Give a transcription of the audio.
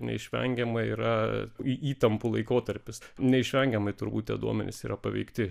neišvengiamai yra į įtampų laikotarpis neišvengiamai turbūt tie duomenys yra paveikti